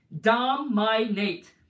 Dominate